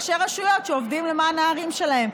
ראשי רשויות שעובדים למען הערים שלהם,